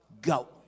go